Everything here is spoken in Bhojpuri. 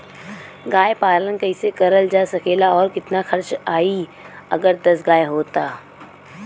गाय पालन कइसे करल जा सकेला और कितना खर्च आई अगर दस गाय हो त?